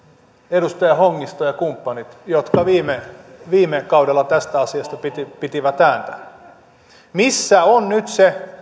edustaja hongisto ja kumppanit jotka viime viime kaudella tästä asiasta pitivät pitivät ääntä missä on nyt se